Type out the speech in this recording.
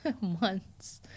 months